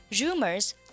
rumors